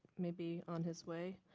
may be on his way.